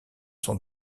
sont